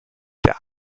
der